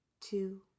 two